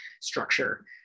structure